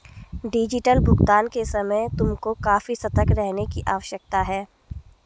digital भुगतान के समय तुमको काफी सतर्क रहने की आवश्यकता है